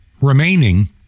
remaining